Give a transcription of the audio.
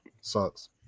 sucks